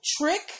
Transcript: trick